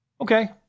Okay